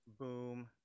Boom